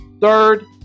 third